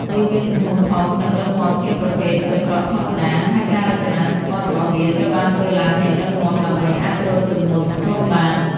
វាមានទំហំធំ និងរឹងមាំជាងប្រភេទកន្ត្រកធម្មតា ហើយការរចនាសម្ព័ន្ធរបស់វាត្រូវបានធ្វើឡើងយ៉ាងរឹងមាំដើម្បីអាចទ្រទម្ងន់ធ្ងន់បាន។